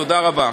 תודה רבה.